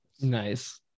Nice